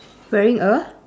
wearing a